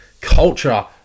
culture